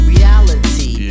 Reality